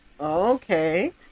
Okay